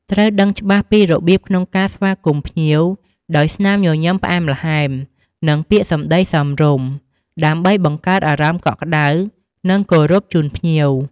ត្រូវដឹងច្បាស់ពីរបៀបក្នុងការស្វាគមន៍ភ្ញៀវដោយស្នាមញញឹមផ្អែមល្ហែម និងពាក្យសម្តីសមរម្យ ដើម្បីបង្កើតអារម្មណ៍កក់ក្ដៅ និងគោរពជូនភ្ញៀវ។